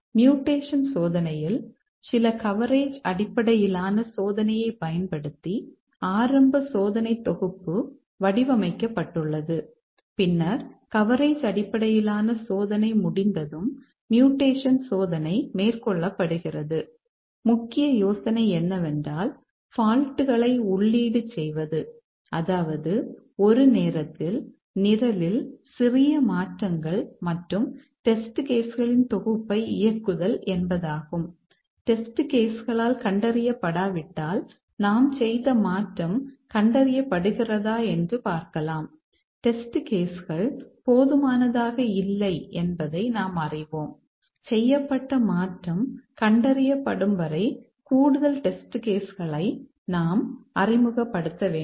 mutation சோதனையில் சில coverage அடிப்படையிலான சோதனையைப் பயன்படுத்தி ஆரம்ப சோதனைத் தொகுப்பு வடிவமைக்கப்பட்டுள்ளது பின்னர் கவரேஜ் அடிப்படையிலான சோதனை முடிந்ததும் மியூடேஷன் களை நாம் அறிமுகப்படுத்த வேண்டும்